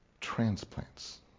transplants